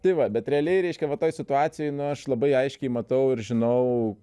tai va bet realiai reiškia va toj situacijoj aš labai aiškiai matau ir žinau